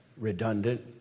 redundant